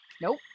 Nope